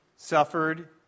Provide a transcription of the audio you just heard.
Suffered